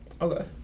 Okay